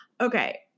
Okay